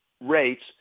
rates